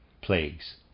plagues